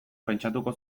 pentsatuko